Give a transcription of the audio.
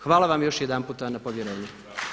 Hvala vam još jedanputa na povjerenju.